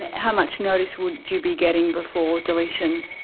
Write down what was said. and how much notice would you be getting before deletion?